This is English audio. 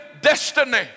destiny